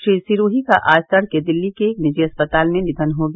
श्री सिरोही का आज तड़के दिल्ली के एक निजी अस्पताल में निधन हो गया